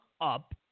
up